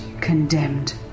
condemned